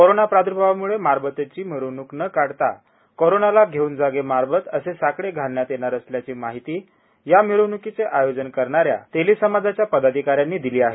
corona प्रादूर्भावाम्ळे मारबतची मिरवणूक न काढता कोरोनालाच घेऊन जा गे मारबत असे साकडे घालण्यात येणार असल्याची माहिती या मिरवण्कीचे आयोजन करणा या तेली समाजाच्या पदाधिका यांनी दिली आहे